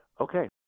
okay